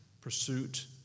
pursuit